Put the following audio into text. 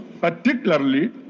particularly